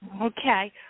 Okay